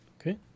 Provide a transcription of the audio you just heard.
Okay